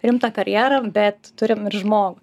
rimtą karjerą bet turim ir žmogų